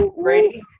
Brady